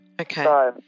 Okay